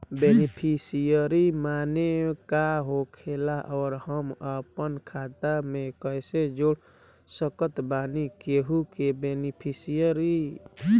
Beneficiary माने का होखेला और हम आपन खाता मे कैसे जोड़ सकत बानी केहु के बेनीफिसियरी?